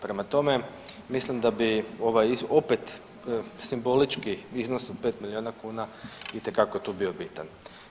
Prema tome, mislim da bi ovaj opet simbolički iznos od 5 miliona kuna itekako tu bio bitan.